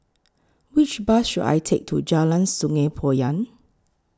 Which Bus should I Take to Jalan Sungei Poyan